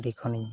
ᱟᱹᱰᱤ ᱠᱷᱚᱱᱤᱧ